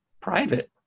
private